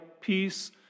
peace